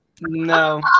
No